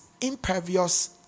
impervious